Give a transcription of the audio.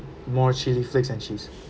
more chilli flakes and cheese